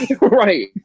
Right